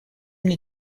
мне